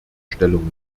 stellung